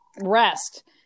rest